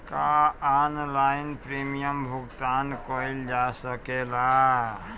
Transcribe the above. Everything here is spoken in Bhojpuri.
का ऑनलाइन प्रीमियम भुगतान कईल जा सकेला?